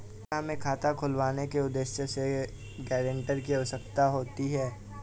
क्या हमें खाता खुलवाने के उद्देश्य से गैरेंटर की आवश्यकता होती है?